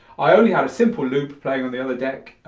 i only had a simple loop playing on the other deck.